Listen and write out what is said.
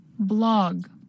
Blog